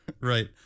Right